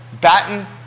Batten